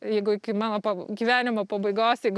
jeigu iki mano pau gyvenimo pabaigos jeigu